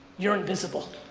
you're invisible.